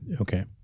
Okay